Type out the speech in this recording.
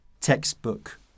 textbook